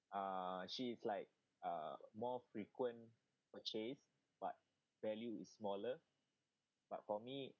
mmhmm